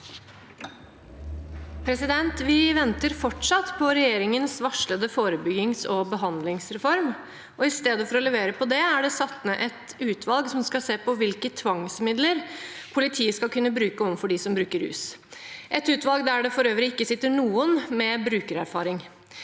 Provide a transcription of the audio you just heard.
Vi venter fortsatt på regjeringens varslede forebyggings- og behandlingsreform. I stedet for å levere på det er det satt ned et utvalg som skal se på hvilke tvangsmidler politiet skal kunne bruke overfor de som bruker rus, et utvalg der det for øvrig ikke sitter noen med brukererfaring.